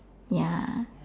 ya